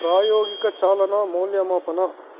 ಪ್ರಾಯೋಗಿಕ ಚಾಲನ ಮೌಲ್ಯಮಾಪನ